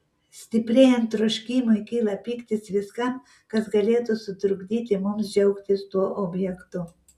stiprėjant troškimui kyla pyktis viskam kas galėtų sutrukdyti mums džiaugtis tuo objektu